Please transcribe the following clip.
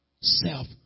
Self